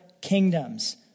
kingdoms